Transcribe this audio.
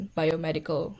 biomedical